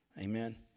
Amen